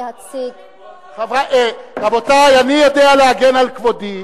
אף פרלמנט לא היה מוכן שתהיי